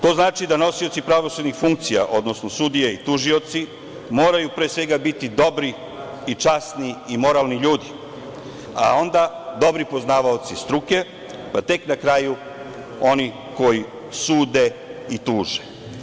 To znači da nosioci pravosudnih funkcija, odnosno sudije i tužioci moraju pre svega biti dobri, časni i moralni ljudi, a onda dobri poznavaoci struke, pa tek na kraju oni koji sude i tuže.